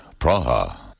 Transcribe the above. Praha